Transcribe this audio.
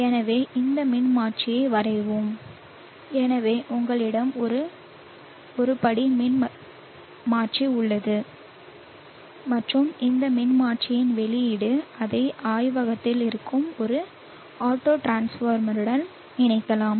எனவே இந்த மின்மாற்றியை வரைவோம் எனவே உங்களிடம் ஒரு படி மின்மாற்றி உள்ளது மற்றும் இந்த மின்மாற்றியின் வெளியீடு அதை ஆய்வகத்தில் இருக்கும் ஒரு ஆட்டோட்ரான்ஸ்ஃபார்மருடன் இணைக்கலாம்